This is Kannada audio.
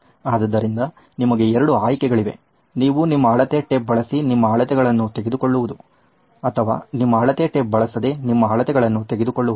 ಆದ್ದರಿಂದ ನಿಮಗೆ ಎರಡು ಆಯ್ಕೆಗಳಿವೆ ನೀವು ನಿಮ್ಮ ಅಳತೆ ಟೇಪ್ ಬಳಸಿ ನಿಮ್ಮ ಅಳತೆಗಳನ್ನು ತೆಗೆದುಕೊಳ್ಳುವುದು ಅಥವಾ ನಿಮ್ಮ ಅಳತೆ ಟೇಪ್ ಬಳಸದೆ ನಿಮ್ಮ ಅಳತೆಗಳನ್ನು ತೆಗೆದುಕೊಳ್ಳುವುದು